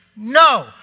No